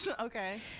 okay